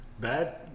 bad